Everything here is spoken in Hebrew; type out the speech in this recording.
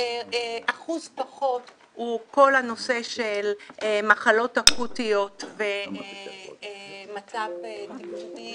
אחוז פחות הוא כל הנושא של מחלות אקוטיות ומצב תפקודי